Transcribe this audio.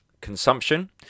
consumption